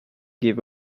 give